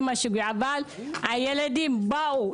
הילדים באו,